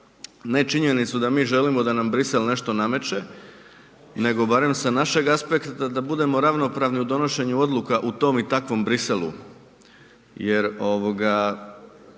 ne činjenicu da mi želimo da nam Bruxelles nešto nameće nego barem sa našeg aspekta da budemo ravnopravni u donošenju odluka u tom i takvom Bruxellesu